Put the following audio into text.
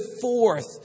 forth